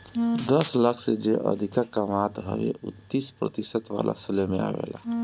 दस लाख से जे अधिका कमात हवे उ तीस प्रतिशत वाला स्लेब में आवेला